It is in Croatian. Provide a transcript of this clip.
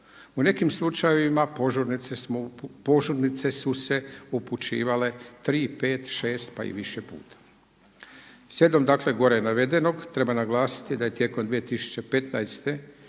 U nekim slučajevima požurnice su se upućivale 3, 5, 6 pa i više puta. Slijedom dakle gore navedenog treba naglasiti da je tijekom 2015.